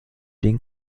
den